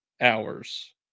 hours